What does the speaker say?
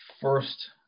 first